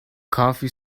coffee